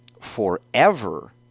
forever